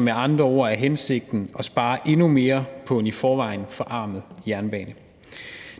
Med andre ord er hensigten altså at spare endnu mere på en i forvejen forarmet jernbane.